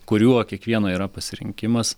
kuriuo kiekvieno yra pasirinkimas